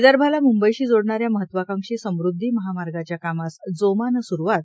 विदर्भाला मुंबईशी जोडणाऱ्या महत्वाकांक्षी समुद्धी महामार्गाच्या कामास जोमानं सुरूवात